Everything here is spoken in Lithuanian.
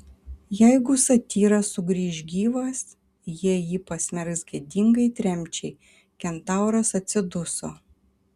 jeigu satyras sugrįš gyvas jie jį pasmerks gėdingai tremčiai kentauras atsiduso